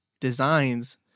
designs